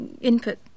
input